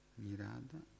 mirada